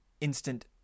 instant